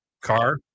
car